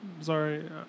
Sorry